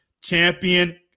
champion